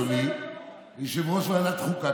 אדוני יושב-ראש ועדת חוקה.